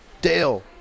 Dale